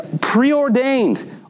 preordained